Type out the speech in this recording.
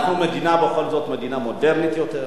בכל זאת אנחנו מדינה מודרנית יותר,